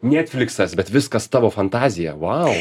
netfliksas bet viskas tavo fantazija vau